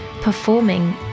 performing